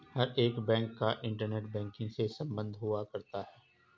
हर एक बैंक का internet banking से सम्बन्ध हुआ करता है